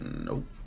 Nope